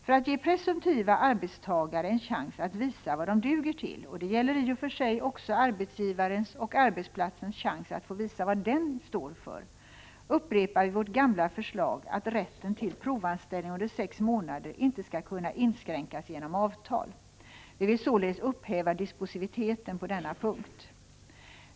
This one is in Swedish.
För att ge presumtiva arbetstagare en chans att visa vad de duger till — och det gäller i och för sig också arbetsgivarens och arbetsplatsens chans att få visa vad den står för — upprepar vi vårt gamla förslag att rätten till provanställning under sex månader inte skall kunna inskränkas genom avtal. Vi vill således upphäva dispositiviteten på denna punkt.